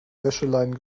wäscheleinen